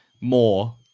more